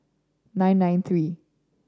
nine nine three